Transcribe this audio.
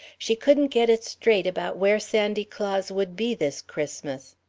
she couldn't get it straight about where sandy claus would be this christmas.